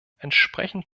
entsprechend